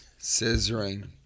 scissoring